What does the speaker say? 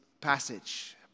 passage